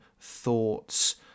thoughts